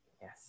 Yes